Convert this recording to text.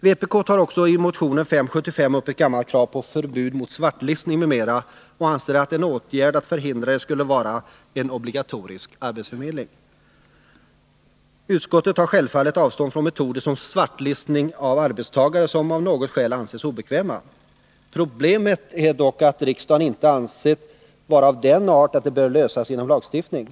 Vpk tar i motion 575 upp ett gammalt krav på förbud mot svartlistning m.m. och anser att en åtgärd för att förhindra det skulle vara en obligatorisk arbetsförmedling. Utskottet tar självfallet avstånd från metoder som svartlistning av arbetstagare som av något skäl anses obekväma. Problemet Nr 34 är dock enligt riksdagen inte av den arten att det bör lösas genom lagstiftning.